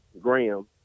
Graham